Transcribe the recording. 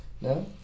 No